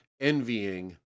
envying